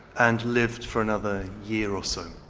and lived for another year or so.